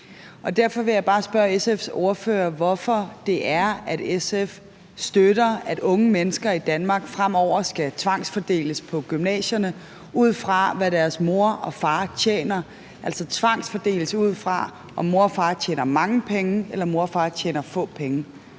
Derfor vil jeg bare spørge SF's ordfører, hvorfor det er, at SF støtter, at unge mennesker i Danmark fremover skal tvangsfordeles på gymnasierne, ud fra hvad deres mor og far tjener, altså tvangsfordeles, ud fra om mor og far tjener mange penge eller mor og far tjener få penge.